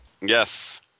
Yes